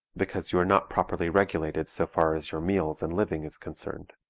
because you are not properly regulated so far as your meals and living is concerned.